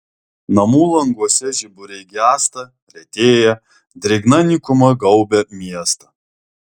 namų languose žiburiai gęsta retėja drėgna nykuma gaubia miestą